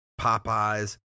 Popeye's